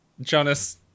Jonas